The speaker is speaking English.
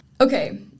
okay